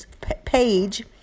page